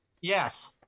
Yes